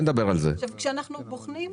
כשאנחנו בוחנים,